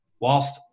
whilst